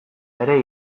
ere